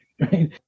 right